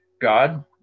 God